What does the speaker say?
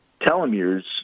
telomeres